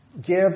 give